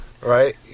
Right